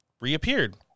reappeared